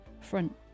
Front